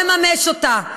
והוא לא מממש אותה.